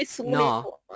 no